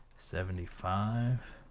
seventy-five